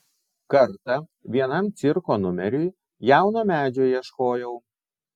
kartą vienam cirko numeriui jauno medžio ieškojau